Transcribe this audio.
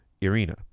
Irina